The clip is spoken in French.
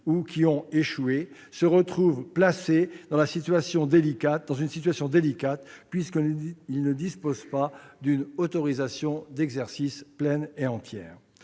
ou qui ont échoué, se retrouvent dans une situation délicate, puisqu'ils ne disposent pas d'une autorisation d'exercice pleine et entière.